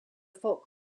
folk